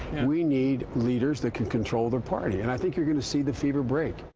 we need leaders that can control their party. and i think you're going to see the fever break.